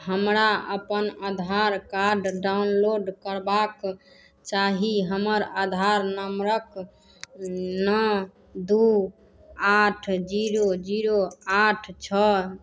हमरा अपन आधारकार्ड डाउनलोड करबाक चाही हमर आधार नम्बरक नओ दू आठ जीरो जीरो आठ जीरो छओ